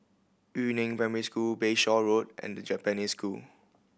Yu Neng Primary School Bayshore Road and The Japanese School